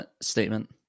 statement